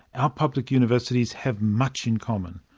our public universities have much in common.